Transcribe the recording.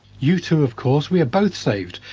you too, of course we are both saved,